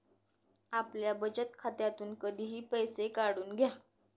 आपल्या बचत खात्यातून कधीही पैसे काढून घ्या